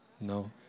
no